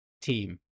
team